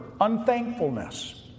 unthankfulness